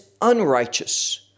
unrighteous